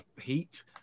heat